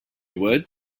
would